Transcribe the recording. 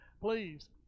please